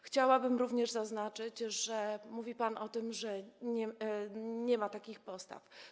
Chciałabym również zaznaczyć, że mówi pan o tym, że nie ma takich postaw.